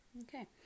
Okay